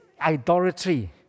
idolatry